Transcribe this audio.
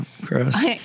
gross